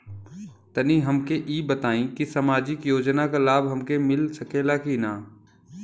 तनि हमके इ बताईं की सामाजिक योजना क लाभ हमके मिल सकेला की ना?